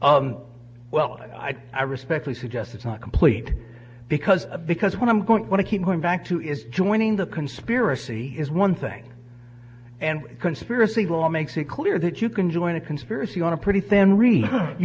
of well i i respectfully suggest it's not complete because because what i'm going to keep going back to is joining the conspiracy is one thing and conspiracy law makes it clear that you can join a conspiracy on a pretty